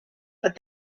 but